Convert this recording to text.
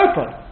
open